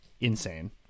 insane